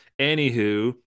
anywho